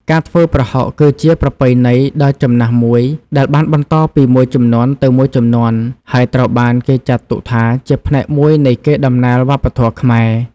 ការធ្វើប្រហុកគឺជាប្រពៃណីដ៏ចំណាស់មួយដែលបានបន្តពីមួយជំនាន់ទៅមួយជំនាន់ ហើយត្រូវបានគេចាត់ទុកថាជាផ្នែកមួយនៃកេរដំណែលវប្បធម៌ខ្មែរ។